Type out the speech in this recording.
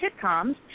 sitcoms